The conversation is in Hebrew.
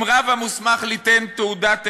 אם רב המוסמך ליתן תעודת הכשר,